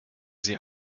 sie